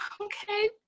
Okay